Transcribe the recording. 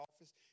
office